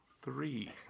three